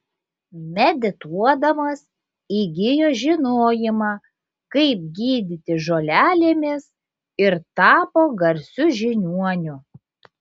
medituodamas įgijo žinojimą kaip gydyti žolelėmis ir tapo garsiu žiniuoniu